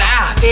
app